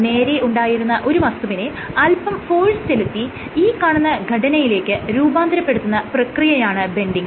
നേരെ ഉണ്ടായിരുന്ന ഒരു വസ്തുവിനെ അല്പം ഫോഴ്സ് ചെലുത്തി ഈ കാണുന്ന ഘടനയിലേക്ക് രൂപാന്തരപ്പെടുത്തുന്ന പ്രക്രിയയാണ് ബെൻഡിങ്